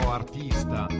artista